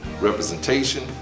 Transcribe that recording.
representation